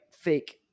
fake